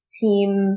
team